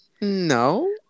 No